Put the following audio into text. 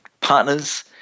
partners